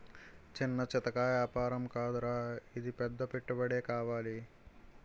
చిన్నా చితకా ఏపారం కాదురా ఇది పెద్ద పెట్టుబడే కావాలి